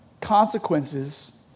consequences